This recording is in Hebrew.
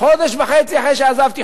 חודש וחצי אחרי שעזבתי,